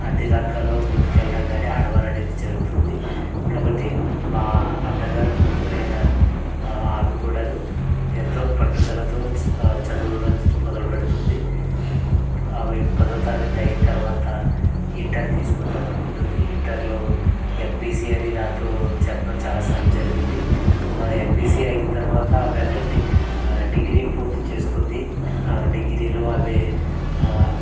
అన్ని రంగాల్లో ముందుకెళ్ళడం కానీ ఆడవాళ్ళు అనేది జరుగుతుంది కాబట్టి మా అన్నగారి కూతురు అయిన ఆమె కూడాను ఎంతో పట్టుదలతో చదవడం మొదల పెడుతుంది ఆమె పదో తరగతి అయిన తర్వాత ఇంటర్ తీసుకుందాం అనుకుంటుంది ఇంటర్లో ఎంపీసీ అని నాతో చెప్పడం చాలా సార్లు జరిగింది ఎంపీసీ అయిన తర్వాత వెంటనే డిగ్రీ పూర్తి చేస్తుంది డిగ్రీలో అదే